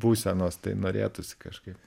būsenos tai norėtųsi kažkaip